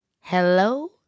Hello